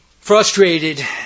Frustrated